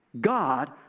God